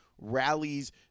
rallies